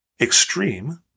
extreme